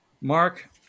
Mark